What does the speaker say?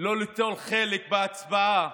לא ליטול חלק בהצבעה